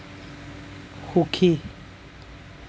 সুখী